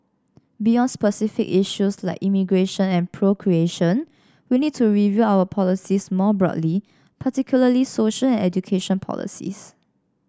beyond specific issues like immigration and procreation we need to review our policies more broadly particularly social and education policies